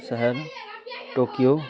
शहर टोकियो